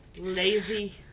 Lazy